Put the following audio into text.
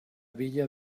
villa